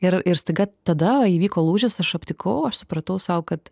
ir ir staiga tada įvyko lūžis aš aptikau aš supratau sau kad